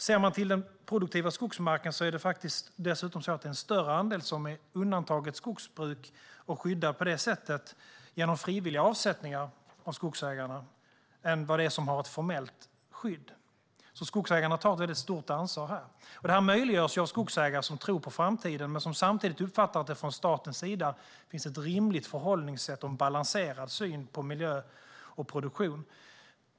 Om man ser till den produktiva skogsmarken är den andel som är undantagen från skogsbruk och som skyddas på det sättet genom frivilliga avsättningar av skogsägarna dessutom större än den andel som har ett formellt skydd. Skogsägarna tar alltså ett väldigt stort ansvar. Detta möjliggörs av skogsägare som tror på framtiden men som samtidigt uppfattar att det från statens sida finns ett rimligt förhållningssätt och en balanserad syn på miljö och produktion.